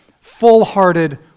full-hearted